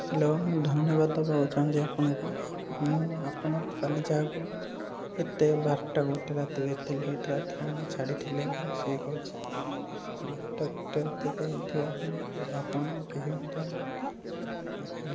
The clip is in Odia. ହ୍ୟାଲୋ ମୁଁ ଧନ୍ୟବାଦ ଦେବାକୁ ଚାହୁଁଛି ଆପଣଙ୍କୁ ମୁଁ ଆପଣ କାଲି ଯାହାକୁ ଏତେ ବାରଟା ଗୋଟେ ରାତିରେ ଏତେ ଲେଟରେ ଆଜ୍ଞା ଆଣିକି ଛାଡ଼ିଥିଲେ ମୁଁ ସେ କହୁଛି ବାରଟା ଗୋଟେ ରାତିରେ ଆପଣ ଏଗାରଟା